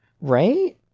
right